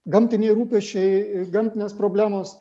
gamtiniai rūpesčiai gamtinės problemos